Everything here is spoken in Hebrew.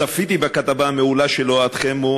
צפיתי בכתבה המעולה של אוהד חמו,